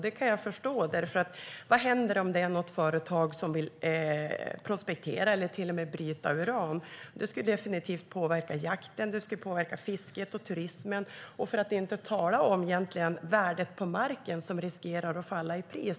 Det förstår jag, för vad händer om något företag vill prospektera eller till och med bryta uran? Det skulle definitivt påverka jakt, fiske och turism - för att inte tala om värdet på marken som riskerar att falla.